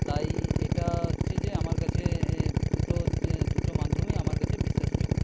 তাই এটা হচ্ছে যে আমার কাছে দুটো দুটো মাধ্যমেই আমার কাছে বিশ্বাসের যোগ্য